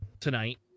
tonight